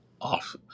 off